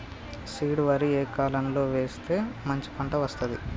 Seed వరి ఏ కాలం లో వేస్తే మంచి పంట వస్తది?